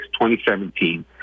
2017